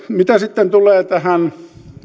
mitä sitten tulee tähän